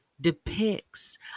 depicts